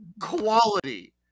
quality